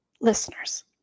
listeners